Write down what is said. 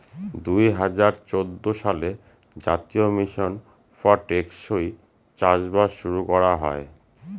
দুই হাজার চৌদ্দ সালে জাতীয় মিশন ফর টেকসই চাষবাস শুরু করা হয়